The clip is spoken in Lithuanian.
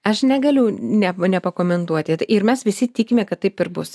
aš negaliu ne nepakomentuoti ir mes visi tikime kad taip ir bus